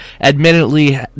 admittedly